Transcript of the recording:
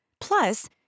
Plus